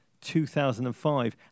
2005